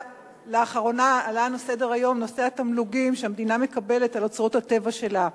לאחרונה עלה לסדר-היום נושא התמלוגים שהמדינה מקבלת על אוצרות הטבע שלה.